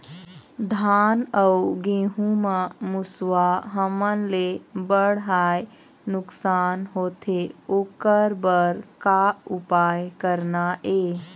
धान अउ गेहूं म मुसवा हमन ले बड़हाए नुकसान होथे ओकर बर का उपाय करना ये?